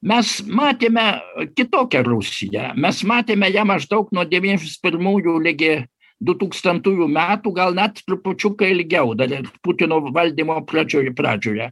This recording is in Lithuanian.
mes matėme kitokią rusiją mes matėme ją maždaug nuo devyniasdešims pirmųjų ligi dutūkstantųjų metų gal net trupučiuką ilgiau dar putino valdymo pradžioj pradžioje